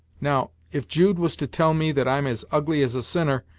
now, if jude was to tell me that i'm as ugly as a sinner,